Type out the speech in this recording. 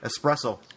Espresso